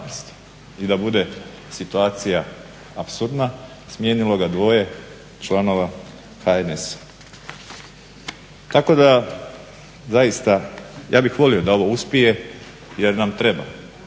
I da bude situacija apsurdna, smijenilo ga dvoje članova HNS-a. Tako da zaista ja bi volio da ovo uspije, jer nam treba,